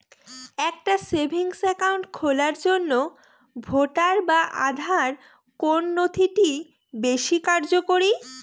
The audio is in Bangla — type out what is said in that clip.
একটা সেভিংস অ্যাকাউন্ট খোলার জন্য ভোটার বা আধার কোন নথিটি বেশী কার্যকরী?